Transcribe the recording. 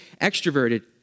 extroverted